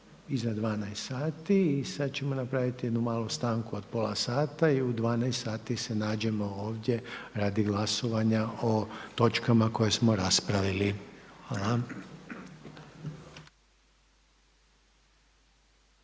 iza 12 sati i sad ćemo napraviti jednu malu stanku od pola sata i u 12 sati se nađemo ovdje radi glasovanja o točkama koje smo raspravili. Hvala.